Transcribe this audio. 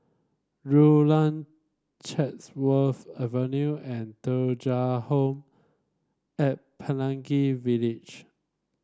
Rulang Chatsworth Avenue and Thuja Home at Pelangi Village